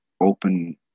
open